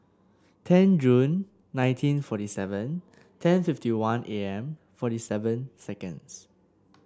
ten Jun nineteen forty seven ten fifty one A M forty seven seconds